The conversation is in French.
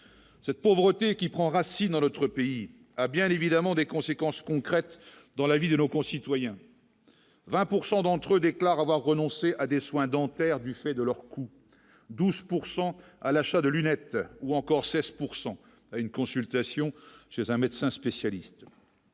cette pauvreté qui prend racine dans notre pays, a bien évidemment des conséquences concrètes dans la vie de nos concitoyens 20 pourcent d'entre eux déclarent avoir renoncé à des soins dentaires, du fait de leur coût 12 pourcent à l'achat de lunettes ou encore 16 pourcent à une consultation chez un médecin spécialiste,